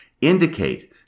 indicate